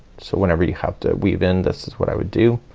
so whenever you have to weave in this is what i would do.